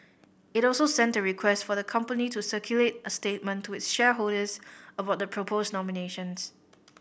it also sent a request for the company to circulate a statement to its shareholders about the proposed nominations